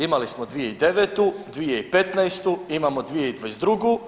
Imali smo 2009., 2015. imamo 2022.